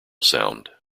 sound